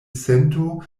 sento